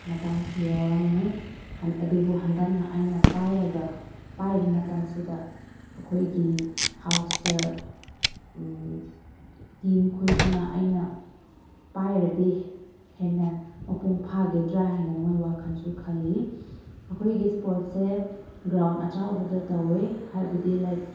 ꯃꯇꯥꯡꯁꯨ ꯌꯥꯎꯔꯝꯃꯦ ꯑꯗꯨꯕꯨ ꯍꯟꯗꯛꯅ ꯑꯩꯅ ꯄꯥꯏꯔꯒ ꯄꯥꯏꯕ ꯃꯇꯝꯁꯤꯗ ꯑꯩꯈꯣꯏꯒꯤ ꯍꯥꯎꯁꯇ ꯇꯤꯝ ꯈꯣꯏꯁꯤꯅ ꯑꯩꯅ ꯄꯥꯏꯔꯗꯤ ꯍꯦꯟꯅ ꯃꯄꯨꯡ ꯐꯒꯗ꯭ꯔꯥ ꯍꯥꯏꯅ ꯃꯣꯏ ꯋꯥꯈꯟꯁꯨ ꯈꯜꯂꯤ ꯑꯩꯈꯣꯏꯒꯤ ꯏꯁꯄꯣꯔꯠꯁꯁꯦ ꯒ꯭ꯔꯥꯎꯟ ꯑꯆꯥꯎꯕꯗ ꯇꯧꯋꯦ ꯍꯥꯏꯕꯗꯤ ꯂꯥꯏꯛ